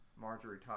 Marjorie